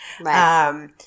Right